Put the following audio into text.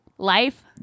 Life